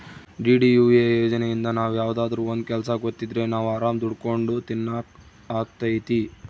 DDUA ಯೋಜನೆಇಂದ ನಾವ್ ಯಾವ್ದಾದ್ರೂ ಒಂದ್ ಕೆಲ್ಸ ಗೊತ್ತಿದ್ರೆ ನಾವ್ ಆರಾಮ್ ದುಡ್ಕೊಂಡು ತಿನಕ್ ಅಗ್ತೈತಿ